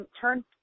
turn